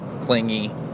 clingy